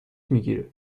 میگیره